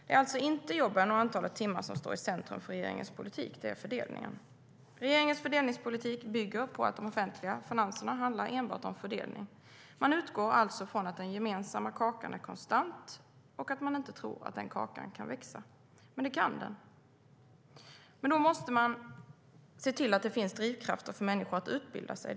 Det är alltså inte jobben eller antalet timmar som står i centrum för regeringens politik. Det är fördelningen. STYLEREF Kantrubrik \* MERGEFORMAT Svar på interpellationerDet kan den. Men då måste man se till att det finns drivkrafter för människor att utbilda sig.